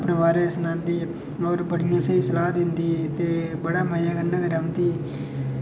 अपने बारे च सनांदी बड़ी स्हेई सलाह् दिंदी ते बड़े मजे कन्नै रौंह्दी ते